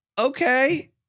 okay